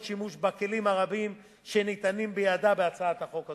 שימוש בכלים הרבים שניתנים בידה בהצעת החוק הזאת.